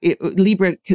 Libra